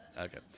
okay